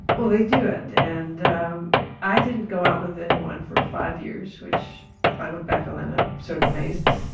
well they do end, and i didn't go out with anyone for five years, which i look back on and i'm sort of amazed.